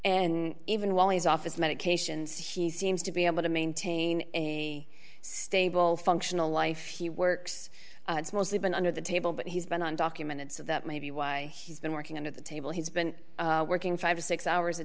and even while his office medications he seems to be able to maintain a stable functional life he works mostly been under the table but he's been undocumented so that may be why he's been working under the table he's been working five or six hours a